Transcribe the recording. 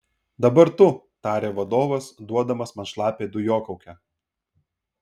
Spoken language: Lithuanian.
dabar tu tarė vadovas duodamas man šlapią dujokaukę